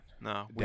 No